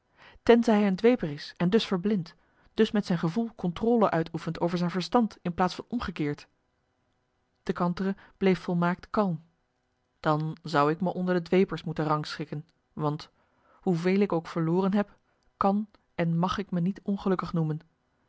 tenzij hij een dweper is en dus verblind dus met zijn gevoel contrôle uitoefent over zijn verstand in plaats van omgekeerd de kantere bleef volmaakt kalm dan zou ik me onder de dwepers moeten rangschikken want hoe veel ik ook verloren heb kan en mag ik me niet ongelukkig noemen